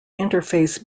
interface